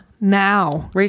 now